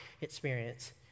experience